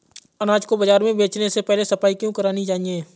अनाज को बाजार में बेचने से पहले सफाई क्यो करानी चाहिए?